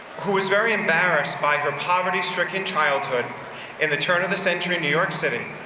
who was very embarrassed by her poverty-stricken childhood in the turn of the century in new york city.